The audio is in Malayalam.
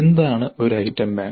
എന്താണ് ഒരു ഐറ്റം ബാങ്ക്